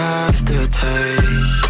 aftertaste